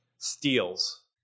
steals